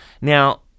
Now-